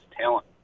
talent